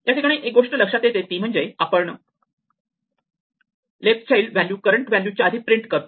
याठिकाणी एक गोष्ट लक्षात येते ती म्हणजे आपण left child value current value च्या आधी प्रिंट करतो